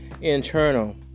internal